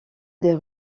des